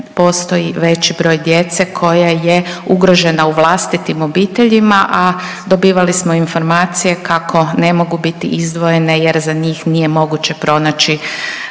postoji veći broj djece koja je ugrožena u vlastitim obiteljima, a dobivali smo informacije kako ne mogu biti izdvojene jer za njih nije moguće pronaći